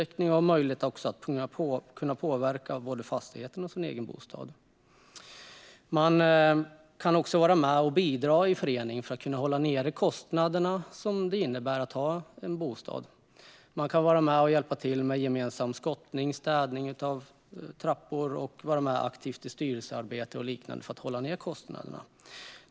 Man vill ha möjlighet att påverka både fastigheten och sin egen bostad. Man kan också vara med och bidra i en förening för att kunna hålla nere de kostnader som det innebär att ha en bostad. Man kan hjälpa till vid gemensam skottning och städning av trappor och vara med aktivt i styrelsearbete och liknande för att hålla ned kostnaderna.